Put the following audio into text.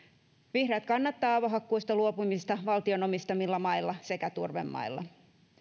vihreät kannattaa avohakkuista luopumista valtion omistamilla mailla sekä turvemailla